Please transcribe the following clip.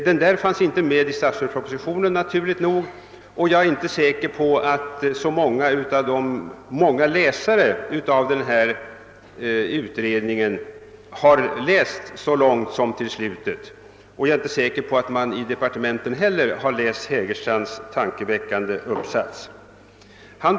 Denna uppsats har naturligt nog inte tagits med i statsverkspropositionen, och jag är inte säker på att så värst många läsare av SOU-trycket har läst så långt som till slutet. Inte heller är jag övertygad om att man i departementen har tillräckligt studerat Hägerstrands tankeväckande uppsats.